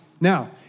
Now